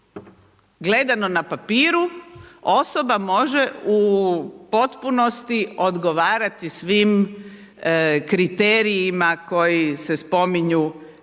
gledano na papiru osoba može u potpunosti odgovarati svim kriterijima koji se spominju da bi